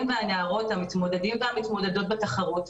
והנערות המתמודדים והמתמודדות בתחרות,